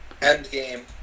Endgame